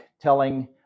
telling